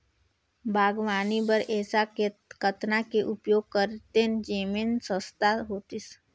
बागवानी बर ऐसा कतना के उपयोग करतेन जेमन सस्ता होतीस?